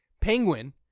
penguin